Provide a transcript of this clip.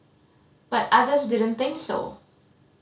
but others didn't think so